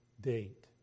date